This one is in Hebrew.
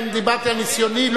אני דיברתי על ניסיוני,